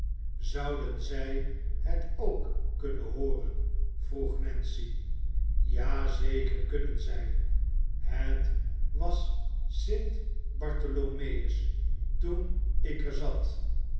zouden zij het ook kunnen hooren vroeg nancy ja zeker kunnen zij het was st bartholomeus toen ik er zat